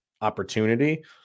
opportunity